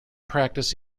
practice